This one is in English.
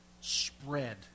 spread